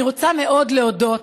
אני רוצה מאוד להודות